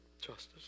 justice